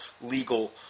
legal